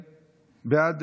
בעד,